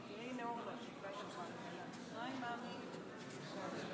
תגמול עבור ביצוע מעשה טרור (תיקוני חקיקה),